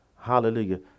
Hallelujah